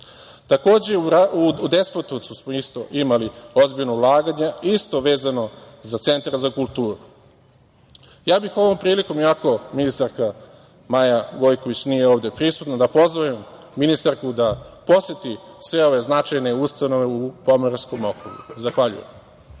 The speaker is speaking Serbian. Takođe, u Despotovcu smo imali ozbiljna ulaganja, isto vezano za Centar za kulturu. Ja bih ovom prilikom želeo, iako ministarka Maja Gojković nije ovde prisutna, da pozovem ministarku da poseti sve ove značajne ustanove u Pomoravskom okrugu. Zahvaljujem.